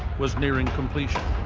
was nearing completion.